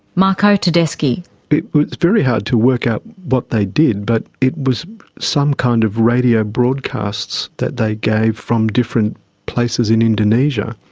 marco tedeschi it was very hard to work out what they did, but it was some kind of radio broadcast that they gave from different places in indonesia.